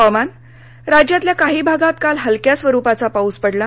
हवामान राज्यातल्या काही भागात काल हलक्या स्वरूपाचा पाऊस पडला